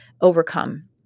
overcome